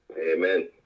Amen